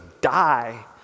die